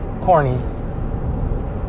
corny